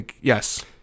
yes